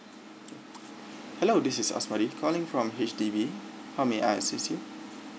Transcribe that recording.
hello this is A S M A D I calling from H_D_B how may I assist you